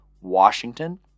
Washington